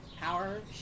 power